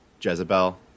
Jezebel